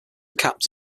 capped